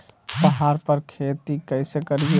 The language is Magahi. पहाड़ पर खेती कैसे करीये?